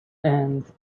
and